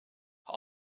how